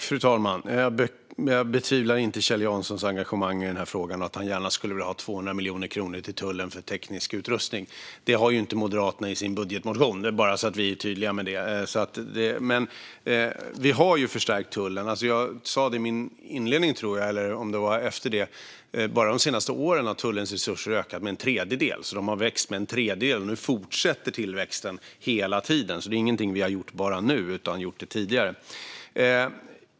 Fru talman! Jag betvivlar inte Kjell Janssons engagemang i den här frågan och att han gärna skulle vilja ha 200 miljoner kronor till tullen för teknisk utrustning. Det har inte Moderaterna i sin budgetmotion, vill jag vara tydlig med. Vi har förstärkt tullen. Jag sa i min inledning, tror jag, eller om det var efter det att bara de senaste åren har tullens resurser ökat med en tredjedel. De har alltså vuxit med en tredjedel, och nu fortsätter tillväxten hela tiden. Det är alltså ingenting som vi har gjort bara nu, utan vi har gjort det tidigare.